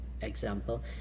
example